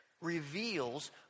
reveals